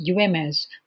UMS